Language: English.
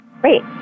Great